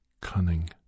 cunning